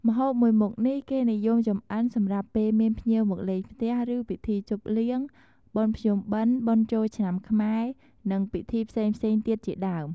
ម្ហូបមួយមុខនេះគេនិយមចំអិនសម្រាប់ពេលមានភ្ញៀវមកលេងផ្ទះ ឬពិធីជប់លៀង បុណ្យភ្ជុំបិណ្ឌ បុណ្យចូលឆ្នាំខ្មែរ និងពិធីផ្សេងៗទៀតជាដើម។